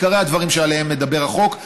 עיקרי הדברים שעליהם מדבר החוק,